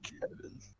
Kevin